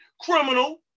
criminal